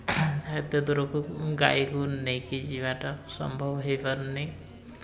ହେତେ ଦୂରକୁ ଗାଈକୁ ନେଇକି ଯିବାଟା ସମ୍ଭବ ହେଇପାରୁନି